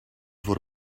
voor